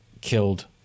killed